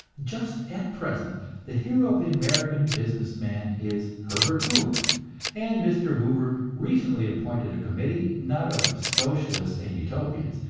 just at present the hero of the american business man is herbert hoover and mr. hoover recently appointed a committee, not of socialists and utopians,